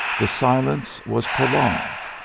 the silence was prolonged,